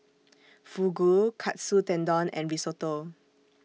Fugu Katsu Tendon and Risotto